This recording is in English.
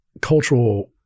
cultural